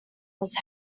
was